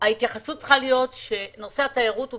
ההתייחסות צריכה להיות שהתיירות היא